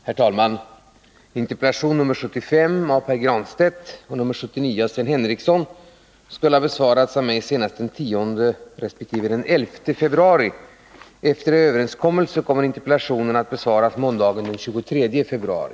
Herr talman! Interpellationerna nr 75 av Pär Granstedt och nr 79 av Sven Henricsson skulle ha besvarats av mig senast den 10 resp. den 11 februari. Efter överenskommelse kommer interpellationerna att besvaras måndagen den 23 februari.